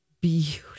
beautiful